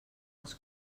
als